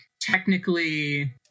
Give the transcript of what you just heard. technically